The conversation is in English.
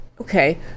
Okay